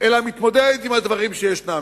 אלא שמתמודדת עם הדברים שיש שם.